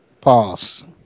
Pause